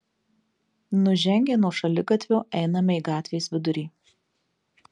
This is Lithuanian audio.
nužengę nuo šaligatvio einame į gatvės vidurį